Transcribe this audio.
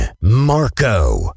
Marco